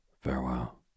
farewell